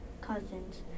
cousins